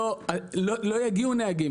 לא יגיעו נהגים.